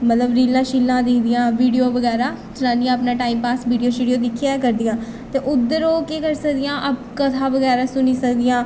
मतलब रीलां शीलां दिखदियां वीडियो बगैरा चलादियां अपना टाइम पास वीडियो शीडियो दिक्खियै करदियां ते उद्धर ओह् केह् करी सकदियां अप कथा बगैरा सुनी सकदियां